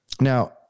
Now